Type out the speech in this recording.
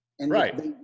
Right